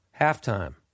Halftime